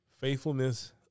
Faithfulness